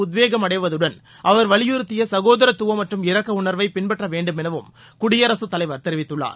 உத்வேகம் அளடவதுடன் அவர் வலியுறுத்திய சகோதரத்துவம் மற்றும் இரக்க உணர்வை பின்பற்ற வேண்டும் எனவும் குடியரசுத் தலைவர் தெரிவித்துள்ளார்